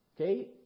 Okay